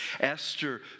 Esther